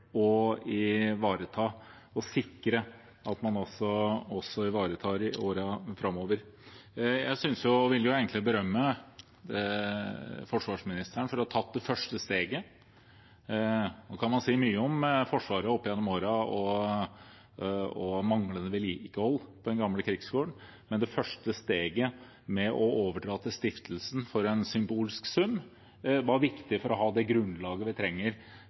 å ivareta og sikre i årene framover. Jeg vil berømme forsvarsministeren for å ha tatt det første steget. Så kan man si mye om Forsvaret opp gjennom årene og manglende vedlikehold av Den Gamle Krigsskole, men det første steget med å overdra den til stiftelsen for en symbolsk sum var viktig for å ha det grunnlaget vi trenger